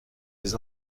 des